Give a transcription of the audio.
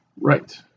Right